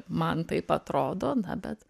man taip atrodo na bet